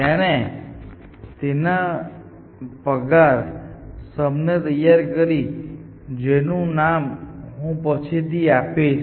તેણે પગાર sum તૈયાર કરી જેનું નામ હું પછી થી આપીશ